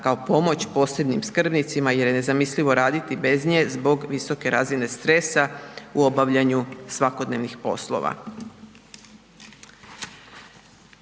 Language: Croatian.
kao pomoć posebnim skrbnicima jer je nezamislivo radi bez nje zbog visoke razine stresa u obavljanju svakodnevnih poslova.